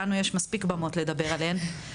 לנו יש מספיק במות לדבר עליהן.